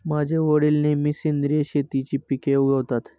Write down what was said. माझे वडील नेहमी सेंद्रिय शेतीची पिके उगवतात